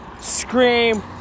scream